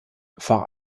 vor